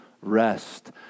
rest